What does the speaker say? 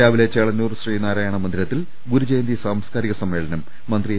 രാവിലെ ചേളന്നൂർ ശ്രീനാരായണ മന്ദിരത്തിൽ ഗുരുജയന്തി സാംസ്കാരിക സമ്മേളനം മന്ത്രി എ